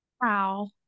Wow